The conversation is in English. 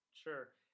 Sure